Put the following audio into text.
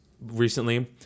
recently